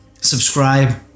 Subscribe